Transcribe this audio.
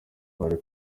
bari